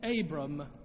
Abram